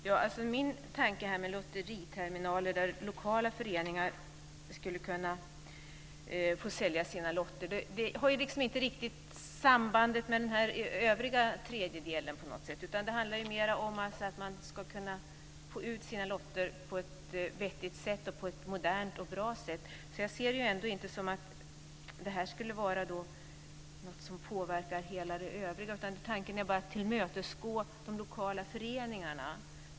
Fru talman! Min tanke med lotteriterminaler där lokala föreningar skulle kunna få sälja sina lotter har inte riktigt samband med den övriga tredjedelen. Det handlar mer om att man ska kunna få ut sina lotter på ett vettigt, modernt och bra sätt. Jag ser det inte som att det skulle vara något som påverkar det övriga, utan tanken är bara att tillmötesgå de lokala föreningarna.